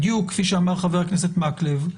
בדיוק כפי שאמר חבר הכנסת מקלב,